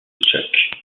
chuck